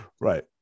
Right